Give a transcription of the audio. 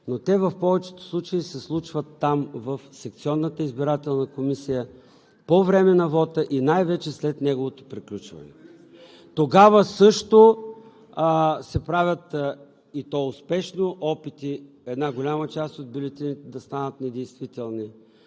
но те в повечето случаи се случват там, в секционната избирателна комисия по време на вота и най-вече след неговото приключване. Тогава също се правят, и то успешно, опити една голяма част от бюлетините да станат недействителни.